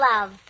love